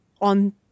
on